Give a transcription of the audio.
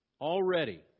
Already